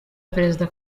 perezida